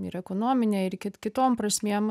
ir ekonominė ir kit kitom prasmėm